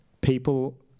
people